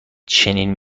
چنین